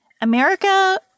America